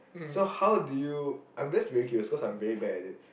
so how did you I'm just very curious cause I'm very bad at it